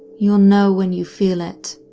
you'll know when you feel it.